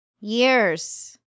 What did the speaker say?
years